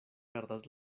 perdas